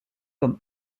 comme